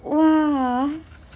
!wah!